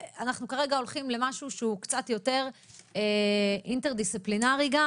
אנחנו כרגע הולכים למשהו שהוא קצת יותר אינטרדיסציפלינרי גם